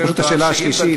זו פשוט השאלה השלישית.